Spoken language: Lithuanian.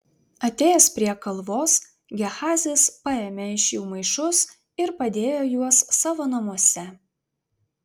atėjęs prie kalvos gehazis paėmė iš jų maišus ir padėjo juos savo namuose